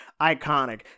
iconic